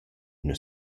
üna